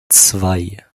zwei